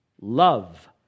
love